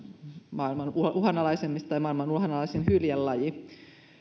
maailman uhanalaisimmista tai maailman uhanalaisin hyljelaji